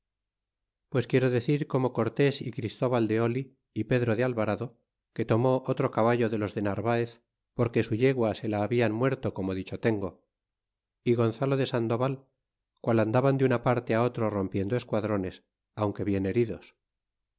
pues quiero decir cómo cortés y christoval de oli y pedro de alvarado que tomó otro caballo de los de narvaez porque su yegua se la habian muerto como dicho tengo y gonzalo de sandoval qual andaban de una parte otro rompiendo esquadrones aunque bien heridos